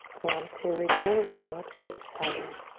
want to return to? what's your desire?